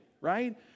right